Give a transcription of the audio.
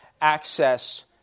Access